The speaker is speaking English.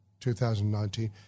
2019